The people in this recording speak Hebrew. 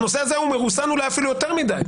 בנושא הזה הוא מרוסן ואולי אפילו יותר מדי.